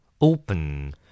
Open